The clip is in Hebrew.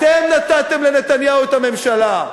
אתם נתתם לנתניהו את הממשלה.